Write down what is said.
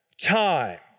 time